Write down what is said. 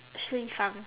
食立方